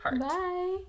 bye